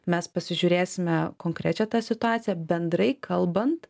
mes pasižiūrėsime konkrečią tą situaciją bendrai kalbant